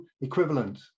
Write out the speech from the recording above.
equivalent